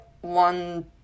one